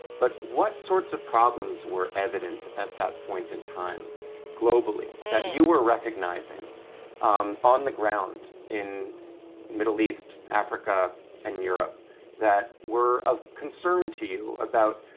but what sorts of problems were evident at that point in time globally that yeah you were recognizing on the ground in middle east, africa and europe that were of concern to you about,